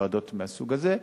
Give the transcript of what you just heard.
או ועדות מהסוג הזה,